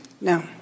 No